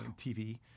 TV